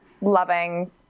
loving